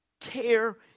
care